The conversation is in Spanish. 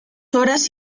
horas